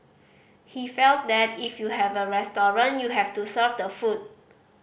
he felt that if you have a restaurant you have to serve the food